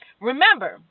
remember